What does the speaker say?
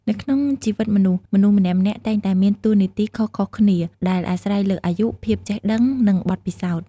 នៅក្នុងជីវិតមនុស្ស មនុស្សម្នាក់ៗតែងតែមានតួនាទីខុសៗគ្នាដែលអាស្រ័យលើអាយុ ភាពចេះដឹង និងបទពិសោធន៍។